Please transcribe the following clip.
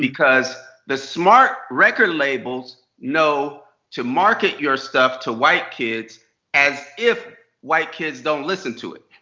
because the smart record labels know to market your stuff to white kids as if white kids don't listen to it.